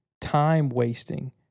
time-wasting